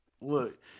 Look